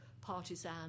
partisan